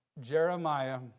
Jeremiah